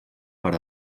per